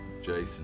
Jason